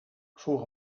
voor